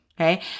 okay